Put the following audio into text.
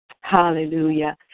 Hallelujah